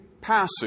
passage